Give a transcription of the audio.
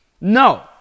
No